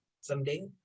someday